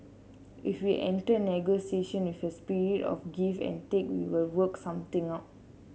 if we enter negotiation with a spirit of give and take we will work something out